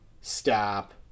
stop